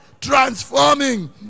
transforming